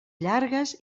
llargues